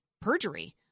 perjury